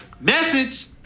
Message